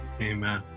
Amen